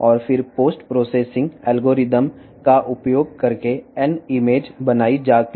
మరియు post processing algorithm లను ఉపయోగించడం ద్వారా N చిత్రం సృష్టించబడుతుంది